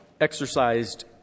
exercised